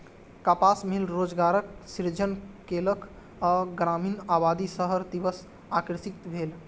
कपास मिल रोजगारक सृजन केलक आ ग्रामीण आबादी शहर दिस आकर्षित भेल